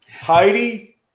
Heidi